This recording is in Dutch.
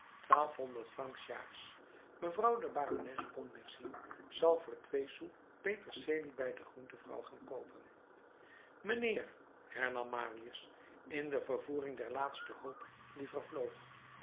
francs s jaars mevrouw de barones pontmercy zal voor twee sous peterselie bij de groenvrouw gaan koopen mijnheer hernam marius in de vervoering der laatste hoop die vervloog